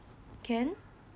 can